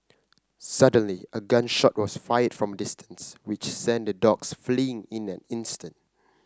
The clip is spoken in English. suddenly a gun shot was fired from distance which sent the dogs fleeing in an instant